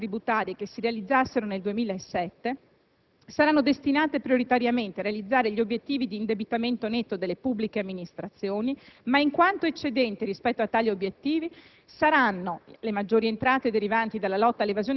dove si dispone che le maggiori entrate tributarie che si realizzassero nel 2007 saranno destinate prioritariamente a realizzare gli obiettivi di indebitamento netto delle pubbliche amministrazioni, ma, in quanto eccedenti rispetto a tali obiettivi,